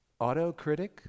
autocritic